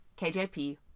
KJP